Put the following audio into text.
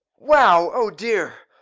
wow! oh, dear!